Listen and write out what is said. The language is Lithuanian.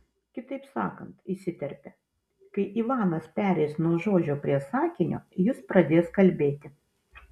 kitaip sakant įsiterpė kai ivanas pereis nuo žodžio prie sakinio jis pradės kalbėti